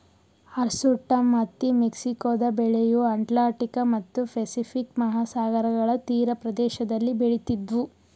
hirsutum ಹತ್ತಿ ಮೆಕ್ಸಿಕೊದ ಬೆಳೆಯು ಅಟ್ಲಾಂಟಿಕ್ ಮತ್ತು ಪೆಸಿಫಿಕ್ ಮಹಾಸಾಗರಗಳ ತೀರಪ್ರದೇಶದಲ್ಲಿ ಬೆಳಿತಿದ್ವು